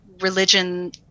religion